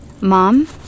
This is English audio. Mom